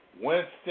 Winston